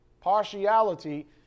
Partiality